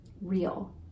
real